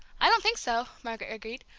i don't think so, margaret agreed.